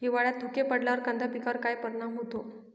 हिवाळ्यात धुके पडल्यावर कांदा पिकावर काय परिणाम होतो?